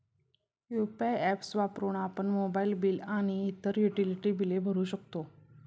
UPI apps वापरून आपण mobile bill आणि इतर युटिलिटी बिले भरू शकतो